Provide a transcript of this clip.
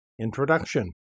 Introduction